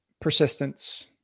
persistence